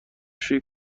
شویی